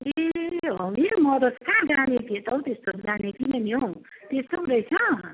ए हगि म त कहाँ जानेको थिएँ त हौ त्यस्तो जानेको थिइनँ नि हौ त्यस्तो पो रहेछ